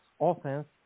offense